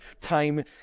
time